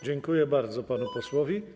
Dziękuję bardzo panu posłowi.